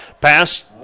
passed